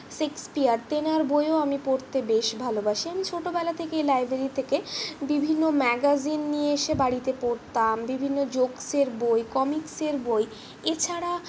Shakespeare তেনার বইও আমি পড়তে বেশ ভালোবাসি আমি ছোটোবেলা থেকেই লাইব্রেরি থেকে বিভিন্ন ম্যাগাজিন নিয়ে এসে বাড়িতে পড়তাম বিভিন্ন জোকসের বই কমিকসের বই এছাড়া